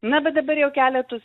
na bet dabar jau keletus